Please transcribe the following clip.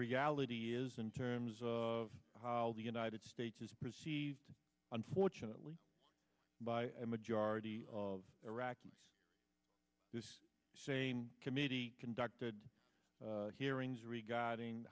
reality is in terms of how the united states is perceived unfortunately by a majority of iraqis this same committee conducted hearings regarding